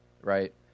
right